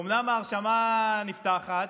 אומנם ההרשמה נפתחה,